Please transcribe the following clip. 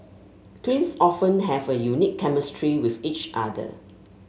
twins often have a unique chemistry with each other